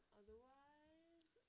otherwise